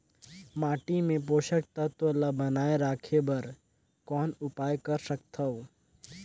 माटी मे पोषक तत्व ल बनाय राखे बर कौन उपाय कर सकथव?